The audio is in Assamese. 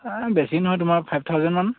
বেছি নহয় তোমাৰ ফাইভ থাউজেণ্ডমান